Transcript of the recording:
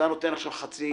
נותן עכשיו חצי